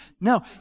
no